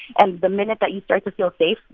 and the minute that you start to feel safe,